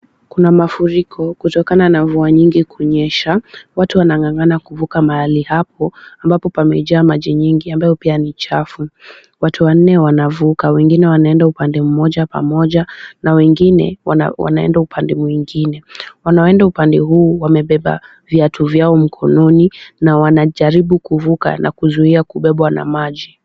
Kuna mafuriko, kutokana na mvua mingi kunyesha. Watu wanang'ang'ana kuvuka mahali hapo, ambapo pameja maji nyingi ambayo pia ni chafu. Watu wanne wanavuka, wengine wanaenda upande mmoja pamoja, na wengine wanaenda upande mwingine. Wanaoenda upande huu, wamebeba viatu vyao mkononi na wanajaribu kuvuka na kuzuia kubebwa na maji.